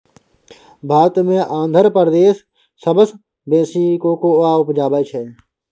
भारत मे आंध्र प्रदेश सबसँ बेसी कोकोआ उपजाबै छै